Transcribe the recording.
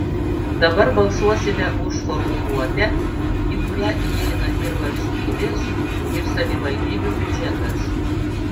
dabar balsuosime už formuluotę į kurią įeina ir valstybės ir savivaldybių biudžetas